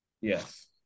Yes